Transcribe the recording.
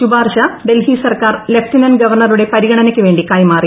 ശൂപാർശ ഡൽഹി സർക്കാർ ലഫ്റ്റനന്റ് ഗവർണറുടെ പരിഗണനയ്ക്ക് വേണ്ടി കൈമാറി